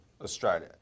Australia